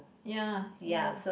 ya ya